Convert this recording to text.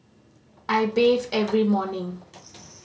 I bathe every morning